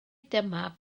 dyma